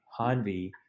hanvi